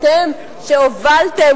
אתם שהובלתם,